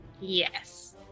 Yes